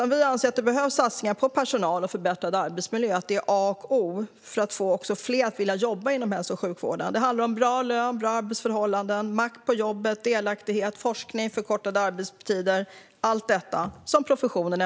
Jag anser att det behövs satsningar på personal och förbättrad arbetsmiljö. Detta är A och O för att få fler att vilja jobba inom hälso och sjukvården. Det handlar om bra lön, bra arbetsförhållanden, makt på jobbet, delaktighet, forskning och förkortade arbetstider. Allt detta efterfrågar professionen.